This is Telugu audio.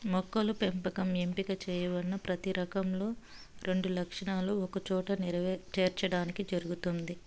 మొక్కల పెంపకం ఎంపిక చేయబడిన ప్రతి రకంలో రెండు లక్షణాలను ఒకచోట చేర్చడానికి జరుగుతుంది